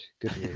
good